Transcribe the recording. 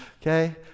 okay